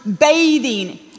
bathing